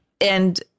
And-